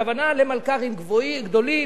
הכוונה למלכ"רים גדולים,